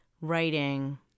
writing